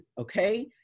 Okay